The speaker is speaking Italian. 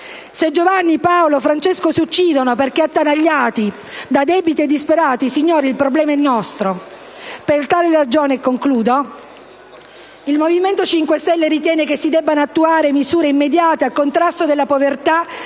Se Giovanni, Paolo e Francesco si uccidono perché attanagliati dai debiti e disperati, signori, il problema è nostro. Per tali ragioni, il Movimento 5 Stelle ritiene che si debbano attuare misure immediate a contrasto della povertà